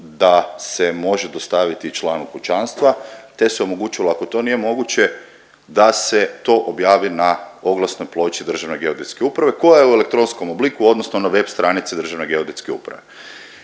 da se može dostaviti i članu kućanstva, te se omogućilo ako to nije moguće da se to objavi na oglasnoj ploči Državne geodetske uprave koja je u elektronskom obliku odnosno na web stranici Državne geodetske uprave.